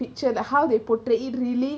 picture that how they protray it really